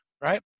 right